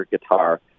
guitar